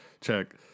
check